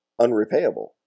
unrepayable